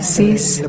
cease